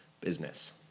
business